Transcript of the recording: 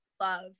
love